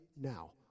now